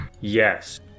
Yes